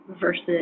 versus